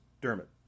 Dermot